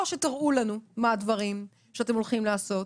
או שתראו לנו מה הדברים שאתם הולכים לעשות,